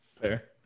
Fair